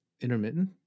intermittent